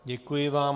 Děkuji vám.